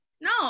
no